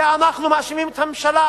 בזה אנחנו מאשימים את הממשלה,